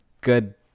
good